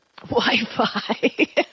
Wi-Fi